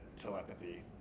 telepathy